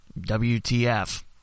WTF